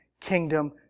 kingdom